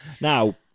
Now